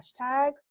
hashtags